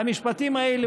המשפטים האלה,